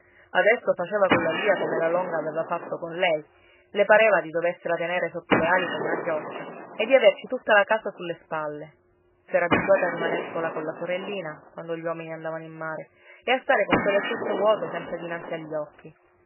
adesso faceva colla lia come la longa aveva fatto con lei le pareva di doversela tenere sotto le ali come una chioccia e di averci tutta la casa sulle spalle s'era abituata a rimaner sola colla sorellina quando gli uomini andavano in mare e a stare con quel lettuccio vuoto sempre dinanzi agli occhi